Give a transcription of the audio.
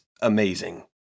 amazing